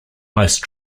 most